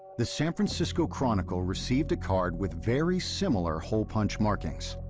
the san francisco chronicle received a card with very similar hole punch markings.